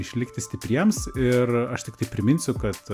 išlikti stipriems ir aš tiktai priminsiu kad